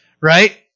right